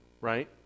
right